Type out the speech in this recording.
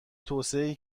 توسعه